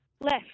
left